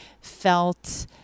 felt